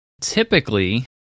typically